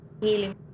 healing